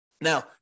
Now